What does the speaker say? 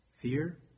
fear